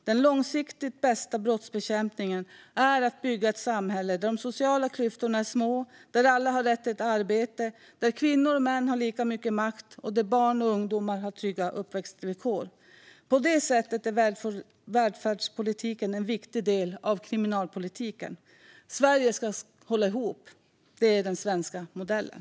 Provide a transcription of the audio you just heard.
Den långsiktigt bästa brottsbekämpningen är att bygga ett samhälle där de sociala klyftorna är små, där alla har rätt till ett arbete, där kvinnor och män har lika mycket makt och där barn och ungdomar har trygga uppväxtvillkor. På det sättet är välfärdspolitiken en viktig del av kriminalpolitiken. Sverige ska hålla ihop. Det är den svenska modellen.